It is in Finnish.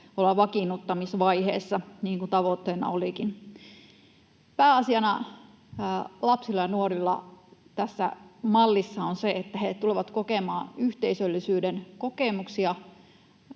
ollaan vakiinnuttamisvaiheessa, niin kuin tavoitteena olikin. Pääasiana lapsilla ja nuorilla tässä mallissa on se, että he tulevat kokemaan yhteisöllisyyden kokemuksia